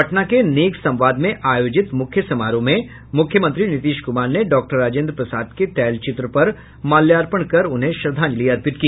पटना के नेक संवाद में आयोजित मुख्य समारोह में मुख्यमंत्री नीतीश कुमार ने डॉक्टर राजेन्द्र प्रसाद के तैलचित्र पर माल्यार्पण कर उन्हें श्रद्धांजलि अर्पित की